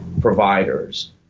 providers